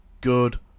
Good